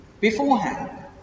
beforehand